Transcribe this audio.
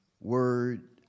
word